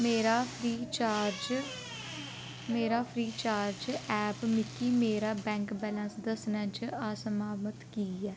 मेरा Freecharge मेरा Freecharge app मिगी मेरा बैंक बैलेंस दस्सने च असामप्त की ऐ